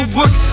work